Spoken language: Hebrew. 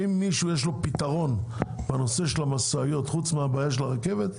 אם למישהו יש פתרון בנושא של המשאיות חוץ מהבעיה של הרכבת,